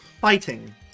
Fighting